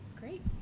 Great